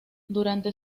durante